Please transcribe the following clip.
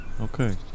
Okay